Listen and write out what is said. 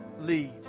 lead